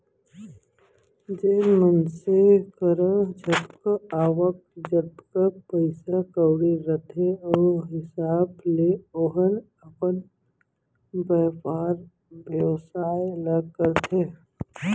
जेन मनसे करा जतका आवक, जतका पइसा कउड़ी रथे ओ हिसाब ले ओहर अपन बयपार बेवसाय ल करथे